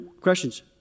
questions